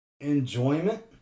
enjoyment